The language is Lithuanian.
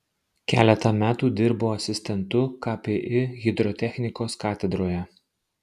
keletą metų dirbo asistentu kpi hidrotechnikos katedroje